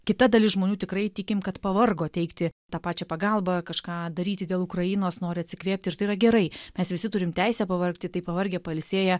kita dalis žmonių tikrai tikim kad pavargo teikti tą pačią pagalbą kažką daryti dėl ukrainos nori atsikvėpti ir tai yra gerai mes visi turim teisę pavargti tai pavargę pailsėję